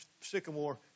sycamore